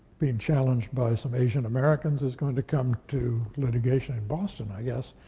being challenged by some asian americans, is going to come to litigation in boston, i guess.